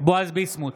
בועז ביסמוט,